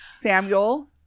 Samuel